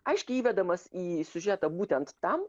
aiškiai įvedamas į siužetą būtent tam